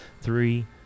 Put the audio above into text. three